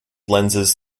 lenses